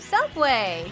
Subway